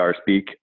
speak